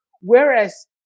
Whereas